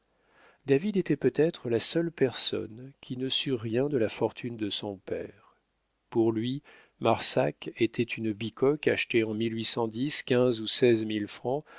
david était peut-être la seule personne qui ne sût rien de la fortune de son père pour lui marsac était une bicoque achetée en ou